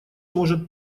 может